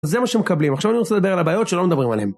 זה מה שמקבלים, עכשיו אני רוצה לדבר על הבעיות שלא מדברים עליהן